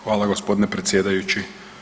Hvala gospodine predsjedajući.